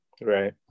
Right